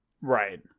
right